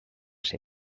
ser